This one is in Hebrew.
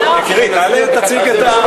יקירי, תעלה ותציג את,